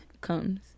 comes